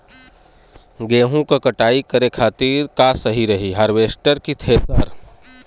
गेहूँ के कटाई करे खातिर का सही रही हार्वेस्टर की थ्रेशर?